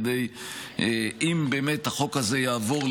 כדי שאם באמת החוק הזה יעבור,